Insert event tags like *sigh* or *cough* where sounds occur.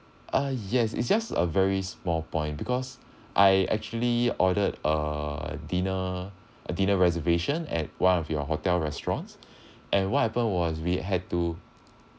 uh yes it's just a very small point because *breath* I actually ordered a dinner a dinner reservation at one of your hotel restaurants *breath* and what happened was we had to